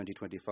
2025